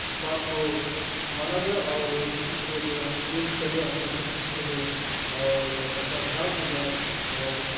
اس بات کو مانا جائے اور اس چیز کو جو ہے جو بھی چلے اپنا سیفٹی سے چلے اور اپنا دھیان سے جائیں اور